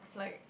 like